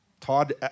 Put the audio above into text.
Todd